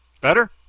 Better